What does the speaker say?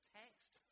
text